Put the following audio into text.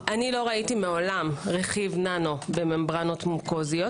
-- אני לא ראיתי מעולם רכיב ננו בממברנות מוקזיות.